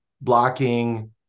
blocking